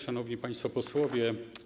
Szanowni Państwo Posłowie!